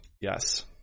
yes